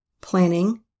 planning